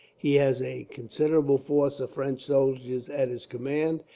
he has a considerable force of french soldiers at his command,